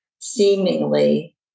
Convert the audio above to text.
seemingly